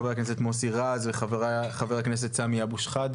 חבר הכנסת מוסי רז וחבר הכנסת סמי אבו שחאדה,